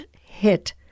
hit